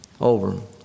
over